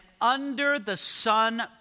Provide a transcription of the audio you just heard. under-the-sun